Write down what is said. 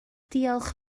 diolch